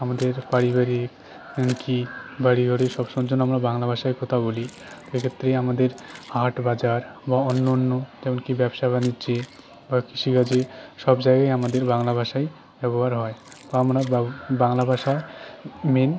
আমাদের পারিবারিক এমনকি বাড়ি গাড়ি সব সে জন্য আমরা বাংলা ভাষায় কথা বলি এক্ষেত্রেই আমাদের হাট বাজার বা অন্য অন্য যেমনকি ব্যবসা বাণিজ্যে বা কৃষিকাজে সব জায়াগায় আমাদের বাংলা ভাষাই ব্যবহার হয় তো আমরা বাংলা ভাষা মেন